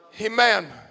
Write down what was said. Amen